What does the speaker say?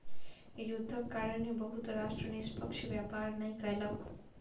युद्धक कारणेँ बहुत राष्ट्र निष्पक्ष व्यापार नै कयलक